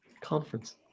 conference